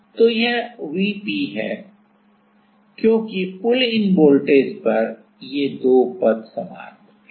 तो यह Vp है क्योंकि पुल इन वोल्टेज पर ये दो पद समान होते हैं